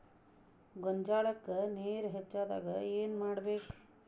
ಗೊಂಜಾಳಕ್ಕ ನೇರ ಹೆಚ್ಚಾದಾಗ ಏನ್ ಮಾಡಬೇಕ್?